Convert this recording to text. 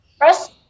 first